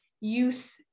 Youth